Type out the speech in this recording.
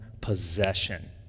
possession